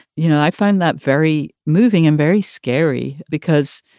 you know, i find that very moving and very scary because